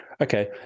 Okay